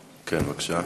כן, בבקשה.